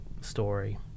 story